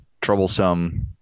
troublesome